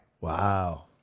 wow